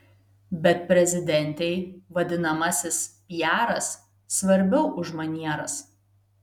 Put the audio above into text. bet prezidentei vadinamasis piaras svarbiau už manieras